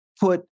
put